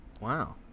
Wow